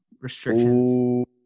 restrictions